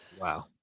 Wow